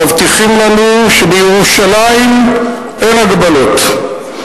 מבטיחים לנו שבירושלים אין הגבלות,